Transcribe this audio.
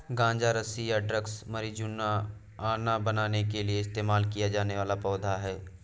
गांजा रस्सी या ड्रग मारिजुआना बनाने के लिए इस्तेमाल किया जाने वाला पौधा है